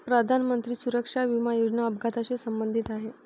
प्रधानमंत्री सुरक्षा विमा योजना अपघाताशी संबंधित आहे